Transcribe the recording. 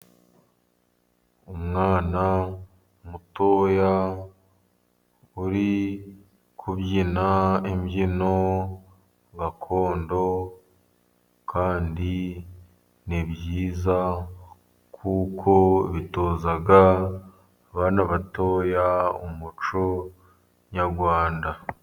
Umwana mutoya uri kubyina imbyino gakondo, kandi ni byiza, kuko bitoza abana batoya umuco nyarwanda.